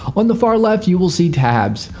on the far left, you will see tabs.